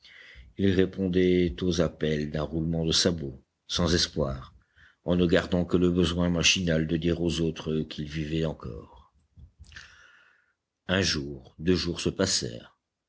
ils répondaient aux appels d'un roulement de sabots sans espoir en ne gardant que le besoin machinal de dire aux autres qu'ils vivaient encore un jour deux jours se